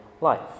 life